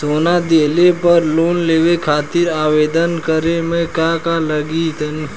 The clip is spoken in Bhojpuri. सोना दिहले पर लोन लेवे खातिर आवेदन करे म का का लगा तऽ?